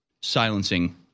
silencing